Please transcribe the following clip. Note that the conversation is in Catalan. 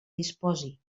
disposi